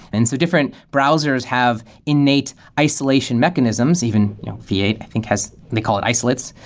and so different browsers have innate isolation mechanisms, even v eight i think has they call it isolates.